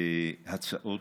להצעות,